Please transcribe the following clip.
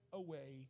away